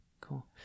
cool